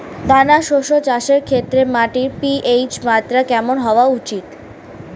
দানা শস্য চাষের ক্ষেত্রে মাটির পি.এইচ মাত্রা কেমন হওয়া উচিৎ?